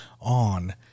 on